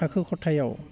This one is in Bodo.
थाखो खथायाव